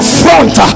front